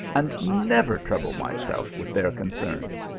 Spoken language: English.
and never trouble myself with their concerns.